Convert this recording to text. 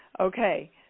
Okay